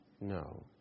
No